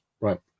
Right